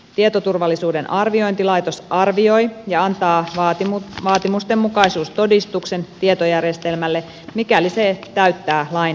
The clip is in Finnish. tietoturvallisuuden arviointilaitos arvioi ja antaa vaatimustenmukaisuustodistuksen tietojärjestelmälle mikäli se täyttää lain edellyttämät vaatimukset